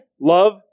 love